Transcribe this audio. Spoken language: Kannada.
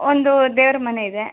ಒಂದು ದೇವರ ಮನೆ ಇದೆ